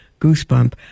goosebump